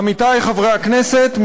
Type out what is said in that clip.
עמיתי חבר הכנסת,